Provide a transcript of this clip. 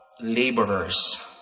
laborers